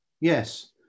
yes